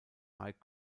high